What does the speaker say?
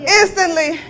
instantly